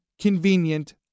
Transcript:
convenient